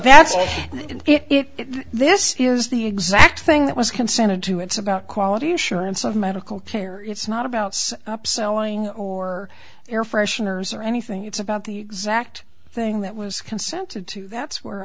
in it this is the exact thing that was consented to it's about quality assurance of medical care it's not about upselling or air fresheners or anything it's about the exact thing that was consented to that's where